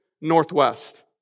Northwest